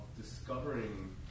discovering